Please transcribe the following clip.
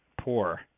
poor